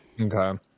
Okay